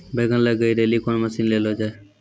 बैंगन लग गई रैली कौन मसीन ले लो जाए?